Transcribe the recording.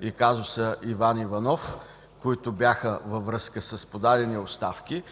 и казуса Иван Иванов, които бяха във връзка с подадени оставки,